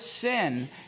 sin